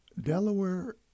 Delaware